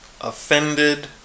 offended